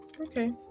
Okay